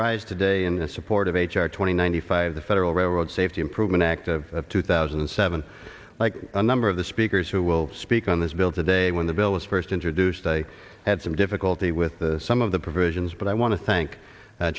rise today in support of h r twenty ninety five the federal road safety improvement act of two thousand and seven like a number of the speakers who will speak on this bill today when the bill was first introduced i had some difficulty with some of the provisions but i want to thank